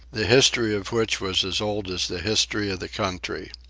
the history of which was as old as the history of the country.